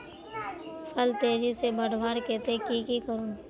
फल तेजी से बढ़वार केते की की करूम?